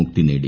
മുക്തി നേടി